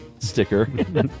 Sticker